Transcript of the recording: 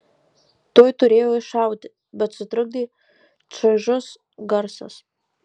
tuoj turėjo iššauti bet sutrukdė čaižus garsas